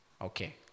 Okay